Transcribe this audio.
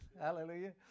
Hallelujah